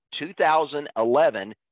2011